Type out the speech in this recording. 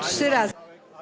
Trzy razy.